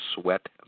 Sweat